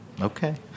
Okay